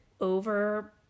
over